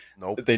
Nope